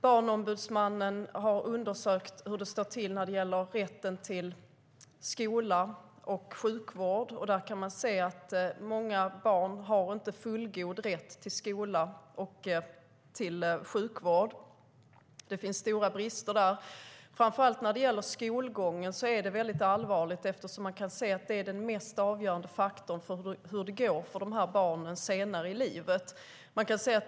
Barnombudsmannen har undersökt hur det står till när det gäller rätten till skola och sjukvård. Många barn har inte fullgod rätt till skola och till sjukvård. Det finns stora brister där. När det gäller framför allt skolgången är det väldigt allvarligt eftersom den är den mest avgörande faktorn för hur det går för dessa barn senare i livet.